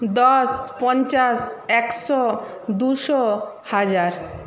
দশ পঞ্চাশ একশো দুশো হাজার